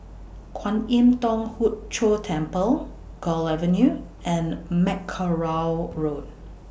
Kwan Im Thong Hood Cho Temple Gul Avenue and Mackerrow Road